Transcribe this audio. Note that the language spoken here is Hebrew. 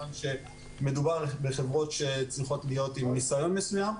מכיוון שמדובר בחברות שצריכות להיות עם ניסיון מסוים.